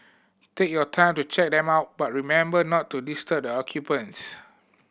take your time to check them out but remember not to disturb the occupants